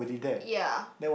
ya